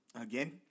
again